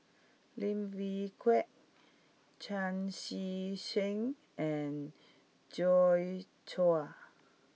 Lim Wee Kiak Chan Chee Seng and Joi Chua